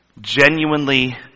genuinely